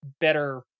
better